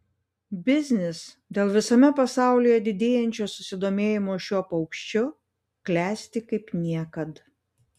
biznis dėl visame pasaulyje didėjančio susidomėjimo šiuo paukščiu klesti kaip niekad